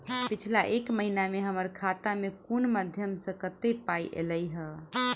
पिछला एक महीना मे हम्मर खाता मे कुन मध्यमे सऽ कत्तेक पाई ऐलई ह?